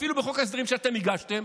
אפילו בחוק ההסדרים שאתם הגשתם,